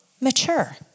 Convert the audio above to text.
mature